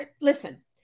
listen